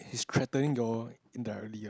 he's threatening you all indirectly ah